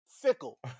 fickle